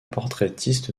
portraitiste